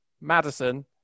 Madison